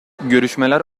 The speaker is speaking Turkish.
görüşmeler